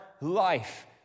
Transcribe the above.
life